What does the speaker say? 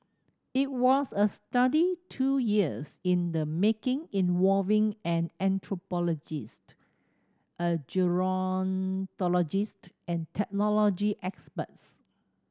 it was a study two years in the making involving an anthropologist a gerontologist and technology experts